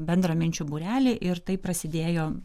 bendraminčių būrelį ir taip prasidėjo